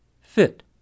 fit